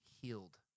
healed